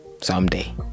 someday